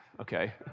Okay